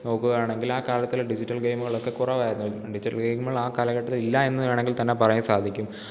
നോക്കുകയാണെങ്കിൽ ആ കാലത്തിൽ ഡിജിറ്റൽ ഗെയിമുകളൊക്കെ കുറവായിരുന്നു ഡിജിറ്റൽ ഗെയിമുകളാണ് കാലഘട്ടത്തിലില്ല എന്നു വേണമെങ്കിൽത്തന്നെ പറയാൻ സാധിക്കും